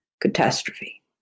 catastrophe